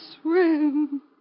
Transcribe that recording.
swim